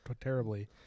terribly